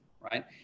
right